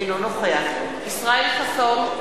אינו נוכח ישראל חסון,